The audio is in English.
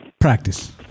Practice